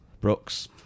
Brooks